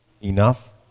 Enough